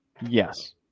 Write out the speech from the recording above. Yes